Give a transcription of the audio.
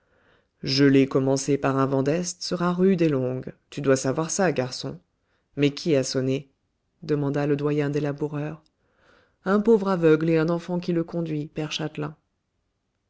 gelée commencée par un vent d'est sera rude et longue tu dois savoir ça garçon mais qui a sonné demanda le doyen des laboureurs un pauvre aveugle et un enfant qui le conduit père